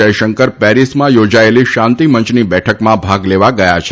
જયશંકર પેરીસમાં યોજાયેલી શાંતિ મંચની બેઠકમાં ભાગ લેવા ફાન્સ ગયા છે